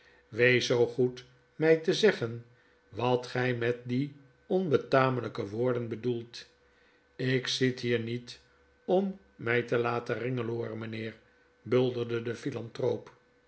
wees zoo goed mg te zeggen wat gij met die onbetamehjke woorden bedoelt ik zit hier niet om mij te laten ringelooren mpheer bulderde de philanthroop